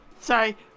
sorry